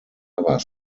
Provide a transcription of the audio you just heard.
ever